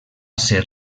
ser